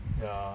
ya